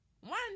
one